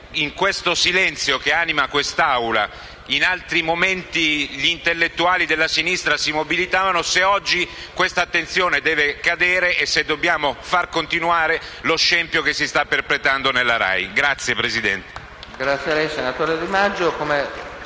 nel silenzio che anima quest'Assemblea (quando in altri momenti gli intellettuali della sinistra si mobilitavano), se oggi questa attenzione deve cadere e se dobbiamo far continuare lo scempio che si sta perpetrando nella RAI. *(Applausi